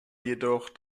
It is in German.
jedoch